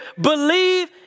Believe